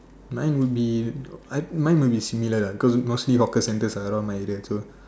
mine would be I mine would be similar lah cause mostly hawker centres are around my area so